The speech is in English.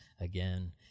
again